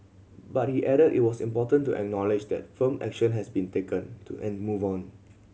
but he added it was important to acknowledge that firm action has been taken to and move on